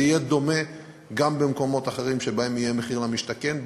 זה יהיה דומה גם במקומות אחרים שבהם יהיה מחיר למשתכן.